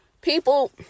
people